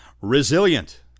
resilient